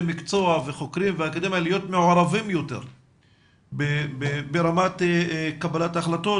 מקצוע וחוקרים והאקדמיה להיות מעורבים יותר ברמת קבלת ההחלטות,